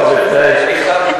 מיקי.